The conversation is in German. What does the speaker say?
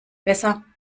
besser